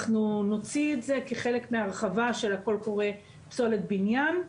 אנחנו נוציא את זה כחלק מההרחבה של הקול קורא פסולת בניין.